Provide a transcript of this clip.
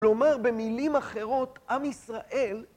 ‫כלומר, במילים אחרות, ‫עם ישראל...